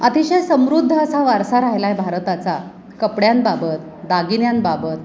अतिशय समृद्ध असा वारसा राहिला आहे भारताचा कपड्यांबाबत दागिन्यांबाबत